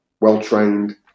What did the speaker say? Well-trained